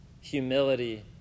humility